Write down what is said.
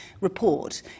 report